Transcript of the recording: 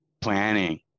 planning